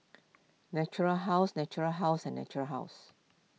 Natura House Natura House and Natura House